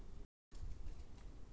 ಯಾವ ಪ್ರಮಾಣದಲ್ಲಿ ಹಾಕಬೇಕು?